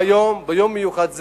והיום, ביום מיוחד זה,